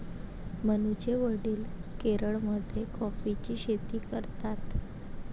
मनूचे वडील केरळमध्ये कॉफीची शेती करतात